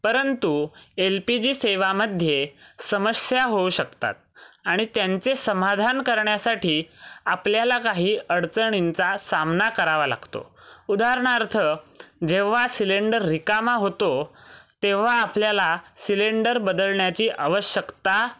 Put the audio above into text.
परंतु L P G सेवामध्ये समस्या होऊ शकतात आणि त्यांचे समाधान करण्यासाठी आपल्याला काही अडचणींचा सामना करावा लागतो उदारणार्थ जेव्हा सिलेंडर रिकामा होतो तेव्हा आपल्याला सिलेंडर बदलण्याची आवश्यकता